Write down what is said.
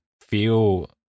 feel